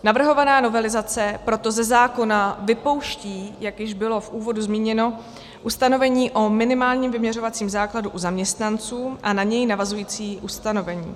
Navrhovaná novelizace proto ze zákona vypouští, jak už bylo v úvodu zmíněno, ustanovení o minimálním vyměřovacím základu u zaměstnanců a na něj navazující ustanovení.